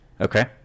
Okay